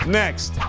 next